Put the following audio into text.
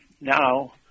now